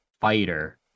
fighter